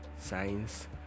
Science